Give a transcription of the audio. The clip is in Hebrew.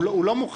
הוא לא מוכן.